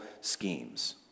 schemes